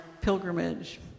pilgrimage